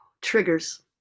Triggers